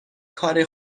کار